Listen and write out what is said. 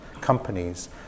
companies